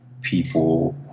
people